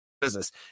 business